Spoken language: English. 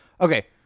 Okay